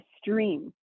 stream